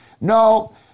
No